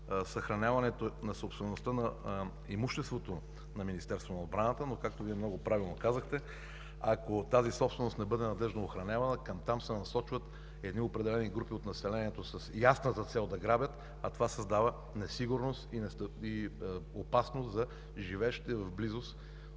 съхраняването на собствеността на имуществото на Министерството на отбраната, но както Вие много правилно казахте – ако тази собственост не бъде надеждно охранявана, натам се насочват едни определени групи от населението с ясната цел да грабят. Това създава несигурност и опасност за живеещите в близост